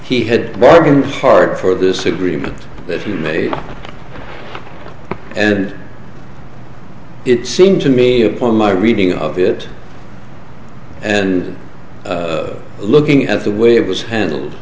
he had bargained hard for this agreement that he made and it seemed to me upon my reading of it and looking at the way it was handled